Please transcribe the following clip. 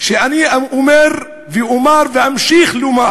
שאני אומר, ואומר ואמשיך לומר,